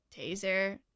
taser